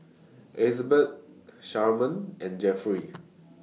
Elizabet Sharman and Jeffrey